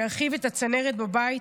שירחיב את הצנרת בבית,